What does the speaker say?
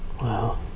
Wow